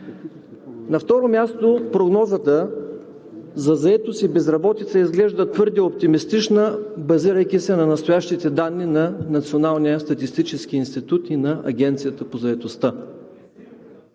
На второ място, прогнозата за заетост и безработица изглежда твърде оптимистична, базирайки се на настоящите данни на Националния статистически институт и на Агенцията по заетостта.